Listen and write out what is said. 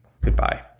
Goodbye